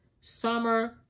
summer